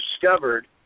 discovered